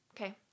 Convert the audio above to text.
okay